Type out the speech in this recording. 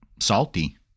salty